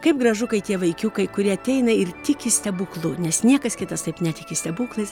kaip gražu kai tie vaikiukai kurie ateina ir tiki stebuklu nes niekas kitas taip netiki stebuklais